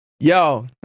Yo